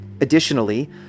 Additionally